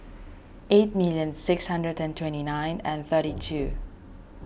eight million six hundred and twenty nine and thirty two